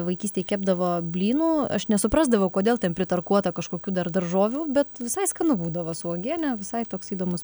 vaikystėj kepdavo blynų aš nesuprasdavau kodėl ten pritarkuota kažkokių dar daržovių bet visai skanu būdavo su uogiene visai toks įdomus